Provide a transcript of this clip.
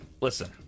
listen